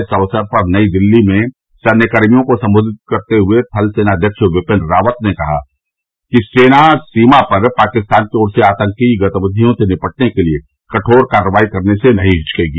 इस अवसर पर नई दिल्ली में सैन्यकर्मियों को संबोधित करते हुए थल सेनाध्यक्ष जनरल बिपिन रावत ने कहा कि सेना सीमा पर पाकिस्तान की ओर से आतंकी गतिविधियों से निपटने के लिए कठोर कार्रवाई करने से नहीं हिचकेगी